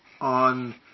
on